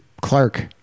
Clark